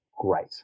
great